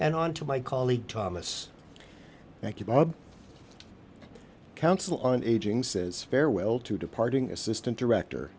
and on to my colleague thomas thank you bob council on aging says farewell to departing assistant director